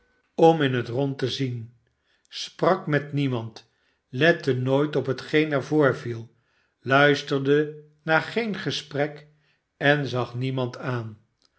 om in het rond te zien sprak met niemand lette nooit op hetgeen ervoorviel luisterde naar geen gesprek en zag niemand aan